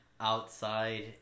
Outside